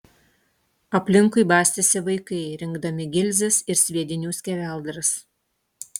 aplinkui bastėsi vaikai rinkdami gilzes ir sviedinių skeveldras